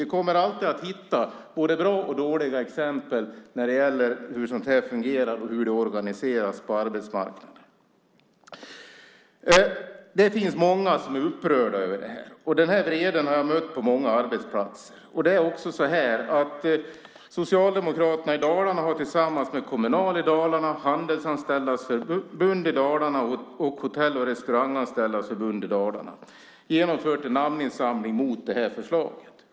Vi kommer alltid att hitta både bra och dåliga exempel när det gäller hur sådant här fungerar och hur det organiseras på arbetsmarknaden. Det finns många som är upprörda över det här. Denna vrede har jag mött på många arbetsplatser. Det är också så att Socialdemokraterna i Dalarna tillsammans med Kommunal i Dalarna, Handelsanställdas förbund i Dalarna och Hotell och restauranganställdas förbund i Dalarna har genomfört en namninsamling mot detta förslag.